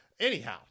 Anyhow